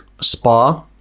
spa